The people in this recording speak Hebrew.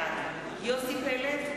בעד יוסי פלד,